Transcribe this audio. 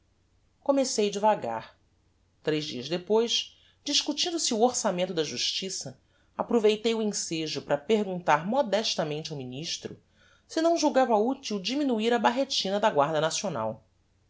comecei de vagar tres dias depois discutindo se o orçamento da justiça aproveitei o ensejo para perguntar modestamente ao ministro se não julgava util diminuir a barretina da guarda nacional